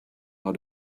how